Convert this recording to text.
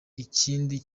ikindi